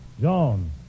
John